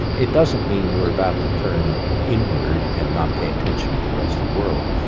it doesn't mean we are about to turn inward and not pay attention to the rest of the world.